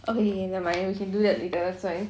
okay never mind we can do that later it's fine